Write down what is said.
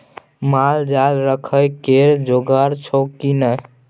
माल जाल राखय के जोगाड़ छौ की नै